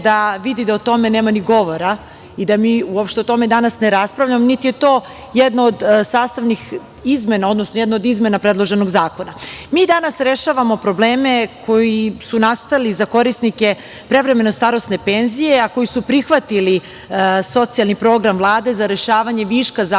da vidi da o tome nema ni govora i da mi uopšte o tome danas ne raspravljamo, niti je to jedna od sastavnih izmena, odnosno jedna od izmena predloženog zakona. Mi danas rešavamo probleme koji su nastali za korisnike prevremeno starosne penzije, a koji su prihvatili socijalni program Vlade za rešavanje viška zaposlenih